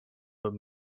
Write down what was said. but